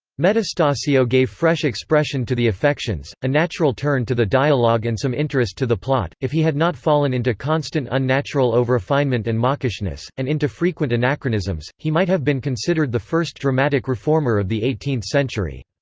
metastasio gave fresh expression to the affections, a natural turn to the dialogue and some interest to the plot if he had not fallen into constant unnatural overrefinement and mawkishness, and into frequent anachronisms, he might have been considered the first dramatic reformer of the eighteenth century.